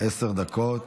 עשר דקות.